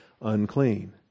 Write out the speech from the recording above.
unclean